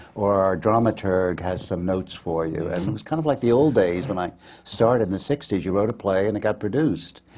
or our dramaturge has some notes for you. and it's kind of like the old days, when i started in the sixties you wrote a play, and it got produced!